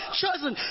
chosen